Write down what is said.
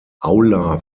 aula